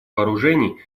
вооружений